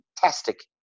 fantastic